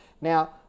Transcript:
Now